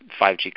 5G